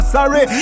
Sorry